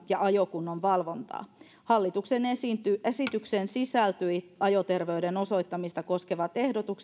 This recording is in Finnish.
ja ajokunnon valvontaa hallituksen esitykseen sisältyi ajoterveyden osoittamista koskevat ehdotukset